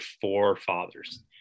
forefathers